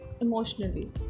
emotionally